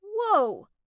Whoa